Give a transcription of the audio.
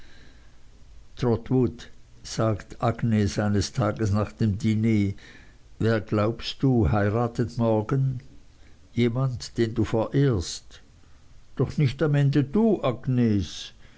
sagt agnes eines tages nach dem diner wer glaubst du heiratet morgen jemand den du verehrst doch nicht am ende du agnes